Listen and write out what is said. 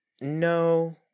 No